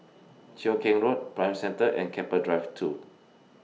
Cheow Keng Road Prime Centre and Keppel Drive two